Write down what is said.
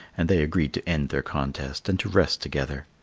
and they agreed to end their contest and to rest together.